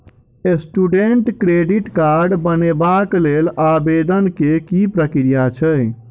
Student credit card बनेबाक लेल आवेदन केँ की प्रक्रिया छै?